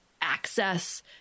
access